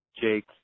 Jake